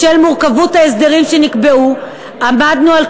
בשל מורכבות ההסדרים שנקבעו עמדנו על